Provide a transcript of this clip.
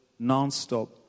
nonstop